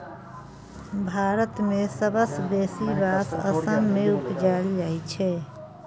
भारत मे सबसँ बेसी बाँस असम मे उपजाएल जाइ छै